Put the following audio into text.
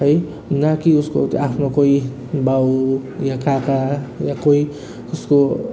है न कि उसको त्यो आफ्नो कोही बाउ वा काका वा कोही उसको